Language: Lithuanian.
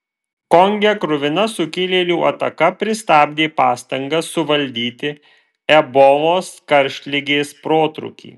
konge kruvina sukilėlių ataka pristabdė pastangas suvaldyti ebolos karštligės protrūkį